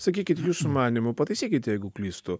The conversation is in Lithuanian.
sakykit jūsų manymu pataisykit jeigu klystu